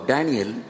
Daniel